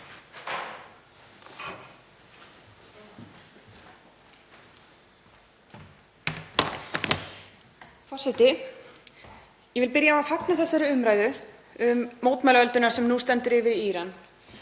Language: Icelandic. Forseti. Ég vil byrja á að fagna þessari umræðu um mótmælaölduna sem nú stendur yfir í Íran.